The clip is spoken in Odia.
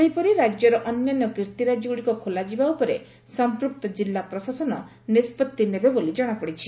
ସେହିପରି ରାକ୍ୟର ଅନ୍ୟାନ୍ୟ କୀର୍ତିରାଜିଗୁଡ଼ିକ ଖୋଲାଯିବା ଉପରେ ସଂପୂକ୍ତ ଜିଲ୍ଲା ପ୍ରଶାସନ ନିଷ୍ବତ୍ତି ନେବେ ବୋଲି ଜଣାପଡ଼ିଛି